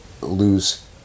lose